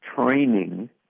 training